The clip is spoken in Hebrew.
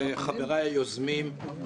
חבריי היוזמים,